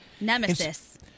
nemesis